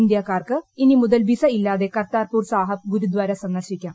ഇന്ത്യാക്കാർക്ക് ഇനി മുതൽ വിസ ഇല്ലാതെ കർതാർപൂർ സാഹബ് ഗുരുദ്വാര സന്ദർശിക്കാം